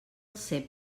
cep